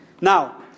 now